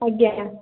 ଆଜ୍ଞା